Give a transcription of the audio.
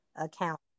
account